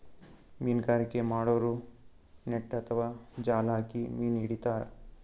ಮೀನ್ಗಾರಿಕೆ ಮಾಡೋರು ನೆಟ್ಟ್ ಅಥವಾ ಜಾಲ್ ಹಾಕಿ ಮೀನ್ ಹಿಡಿತಾರ್